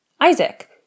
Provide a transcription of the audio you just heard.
Isaac